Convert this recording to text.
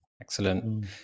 Excellent